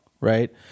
Right